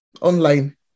Online